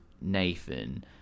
Nathan